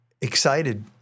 excited